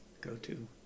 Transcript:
go-to